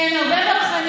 כן, הרבה ברחנים.